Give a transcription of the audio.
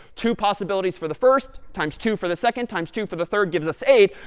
two possibilities for the first times two for the second times two for the third gives us eight.